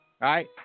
right